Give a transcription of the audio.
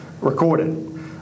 recorded